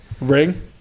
ring